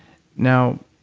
now,